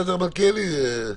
נוספות),